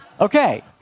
Okay